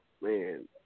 Man